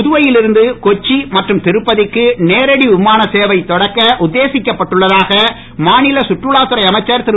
புதுவையில் இருந்து கொச்சி மற்றும் திருப்பதிக்கு நேரடி விமான சேவை தொடக்க உத்தேசிக்கப்பட்டுள்ளதாக மாநில சுற்றுலாத்துறை அமைச்சர் திரு